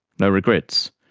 no regrets,